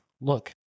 look